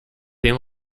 den